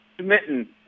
smitten